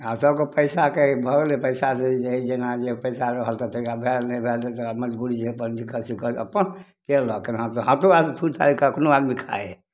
आओर सभके पइसाके एक भऽ गेलै पइसासे जे जे हइ जेना जे पइसा रहल तऽ तकरा भेल नहि भेल जकरा मजबूरी जे अपन लिखल से अपन कएलक हाथो आरसे थुड़ि थाड़िके एखनहु आदमी खाइ हइ